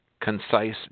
concise